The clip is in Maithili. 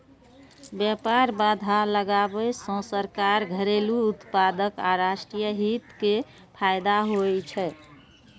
व्यापार बाधा लगाबै सं सरकार, घरेलू उत्पादक आ राष्ट्रीय हित कें फायदा होइ छै